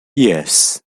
yes